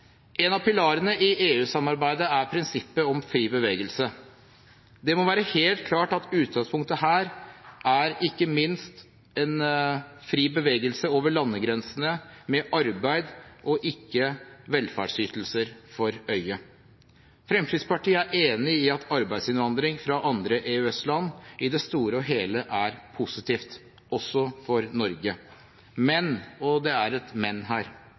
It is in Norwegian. En av pilarene i EU-samarbeidet er prinsippet om fri bevegelse. Det må være helt klart at utgangspunktet her er, ikke minst, en fri bevegelse over landegrensene med arbeid og ikke velferdsytelser for øye. Fremskrittspartiet er enig i at arbeidsinnvandring fra andre EØS-land i det store og hele er positivt, også for Norge. Men – og det er et men her: